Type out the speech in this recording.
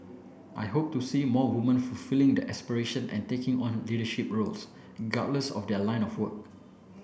I hope to see more woman fulfilling their aspiration and taking on leadership roles regardless of their line of work